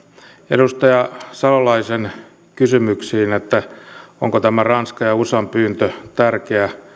edustaja salolaisen kysymyksiin siitä onko tämä ranskan ja usan pyyntö tärkeä